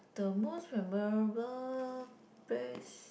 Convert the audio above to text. the most memorable place